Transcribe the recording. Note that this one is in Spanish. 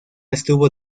estuvo